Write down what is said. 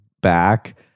back